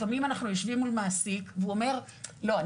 לפעמים אנחנו יושבים מול מעסיק והוא אומר: לא,